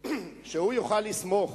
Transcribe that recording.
שהוא יוכל לסמוך